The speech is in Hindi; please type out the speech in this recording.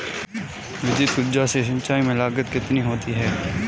विद्युत ऊर्जा से सिंचाई में लागत कितनी होती है?